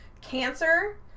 Cancer